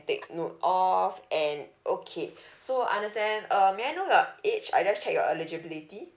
take note of and okay so understand uh may I know your age I just check your eligibility